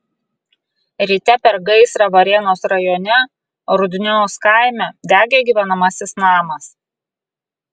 ryte per gaisrą varėnos rajone rudnios kaime degė gyvenamasis namas